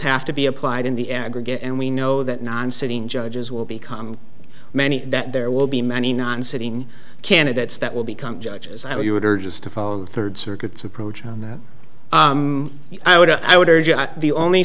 have to be applied in the aggregate and we know that non sitting judges will become many that there will be many non sitting candidates that will become judges i would urge us to follow third circuits approach i would i would urge the only